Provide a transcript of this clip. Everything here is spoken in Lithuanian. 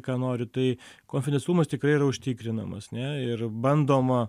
ką noriu tai konfedencialumas tikrai yra užtikrinamas ne ir bandoma